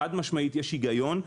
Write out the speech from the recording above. חד-משמעית יש בזה היגיון.